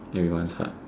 everyone's heart